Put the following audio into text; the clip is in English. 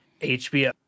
HBO